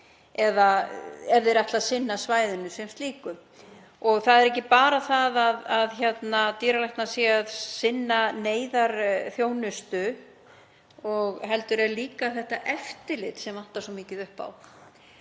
degi ef hann ætlar að sinna svæðinu sem slíku. Það er ekki bara það að dýralæknar séu að sinna neyðarþjónustu heldur er líka þetta eftirlit sem vantar svo mikið upp á.